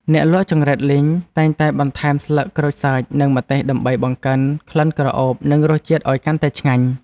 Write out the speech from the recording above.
អ្នកលក់ចង្រិតលីងតែងតែបន្ថែមស្លឹកក្រូចសើចនិងម្ទេសដើម្បីបង្កើនក្លិនក្រអូបនិងរសជាតិឱ្យកាន់តែឆ្ងាញ់។